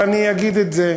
אבל אני אגיד את זה: